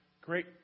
Great